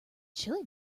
chili